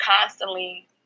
constantly